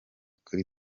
kuri